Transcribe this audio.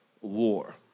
war